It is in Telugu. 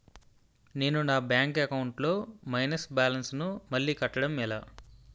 నేను నా బ్యాంక్ అకౌంట్ లొ మైనస్ బాలన్స్ ను మళ్ళీ కట్టడం ఎలా?